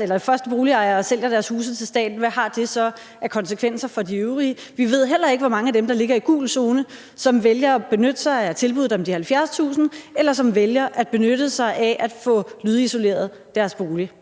de første boligejere sælger deres huse til staten, ved vi ikke, hvad det så har af konsekvenser for de øvrige. Vi ved heller ikke, hvor mange af dem, der ligger i gul zone, som vælger at benytte sig af tilbuddet om de 70.000 kr., eller hvor mange der vælger at benytte sig af at få lydisoleret deres bolig.